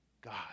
God